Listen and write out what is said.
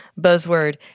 buzzword